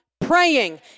praying